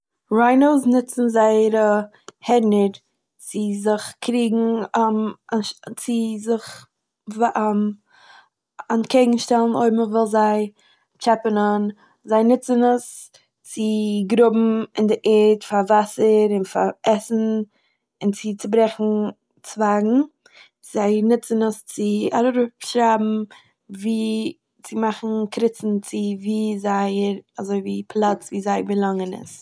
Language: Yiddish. ריינויס ניצן זייערע הערנער צו זיך קריגן אנש- צו זיך וו אנטקעגן שטעלן אויב מ'וויל זיי טשעפענען, זיי נוצן עס צו גראבן אין די ערד פאר וואסער און פאר עסן און צו צוברעכן צווייגן, זיי נוצן עס צו אראפשרייבן ווי צו מאכן קריצן צו ווי זייער אזוי ווי פלאץ ווי זיי באלאנגען איז.